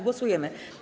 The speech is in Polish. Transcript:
Głosujemy.